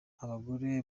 abagore